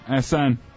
sn